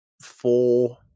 four